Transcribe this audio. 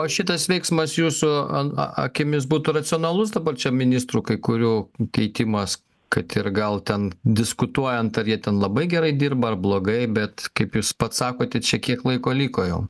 o šitas veiksmas jūsų akimis būtų racionalus dabar čia ministrų kai kurių keitimas kad ir gal ten diskutuojant ar jie ten labai gerai dirba ar blogai bet kaip jūs pats sakote čia kiek laiko liko jau